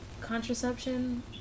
contraception